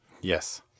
Yes